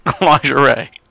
lingerie